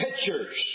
pitchers